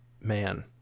man